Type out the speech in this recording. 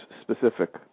specific